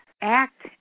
act